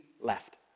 left